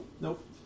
Nope